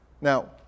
Now